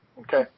Okay